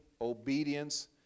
obedience